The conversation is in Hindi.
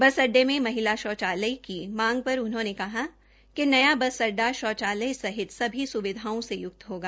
बसअड्डे में महिला शौचालय की मांग पर उन्होंने कहा कि नया बस अड़डा शौचालय सहित सभी सुविधाओं से युक्त होगा